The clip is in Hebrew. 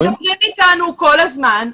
מדברים איתנו כל הזמן,